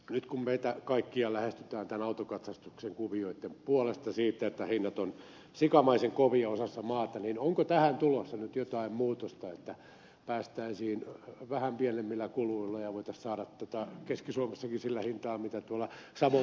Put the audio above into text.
nyt kun meitä kaikkia lähestytään tämän autokatsastuksen kuvioitten puolesta siitä että hinnat ovat sikamaisen kovia osassa maata niin onko tähän tulossa nyt jotain muutosta että päästäisiin vähän pienemmillä kuluilla ja voitaisiin saada tätä palvelua keski suomessakin sillä hinnalla millä tuolla savonmualla saavat